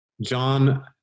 John